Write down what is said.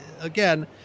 again